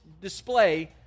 display